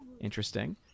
Interesting